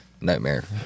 Nightmare